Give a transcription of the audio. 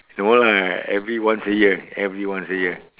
the one right every once a year every once a year